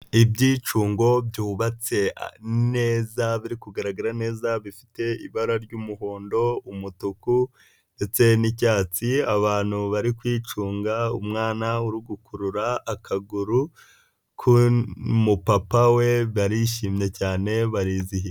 Ibyicungo byubatse neza, biri kugaragara neza, bifite ibara ry'umuhondo, umutuku ndetse n'icyatsi, abantu bari kwicunga, umwana uri gukurura akaguru k'umupapa we, barishimye cyane, barizihiwe.